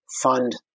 fund